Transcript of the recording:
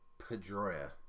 Pedroia